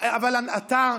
אבל אתה,